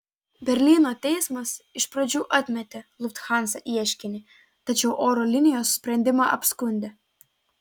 berlyno teismas iš pradžių atmetė lufthansa ieškinį tačiau oro linijos sprendimą apskundė